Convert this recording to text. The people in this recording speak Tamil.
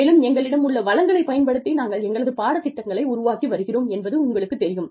மேலும் எங்களிடம் உள்ள வளங்களை பயன்படுத்தி நாங்கள் எங்களது பாடத் திட்டங்களை உருவாக்கி வருகிறோம் என்பது உங்களுக்குத் தெரியும்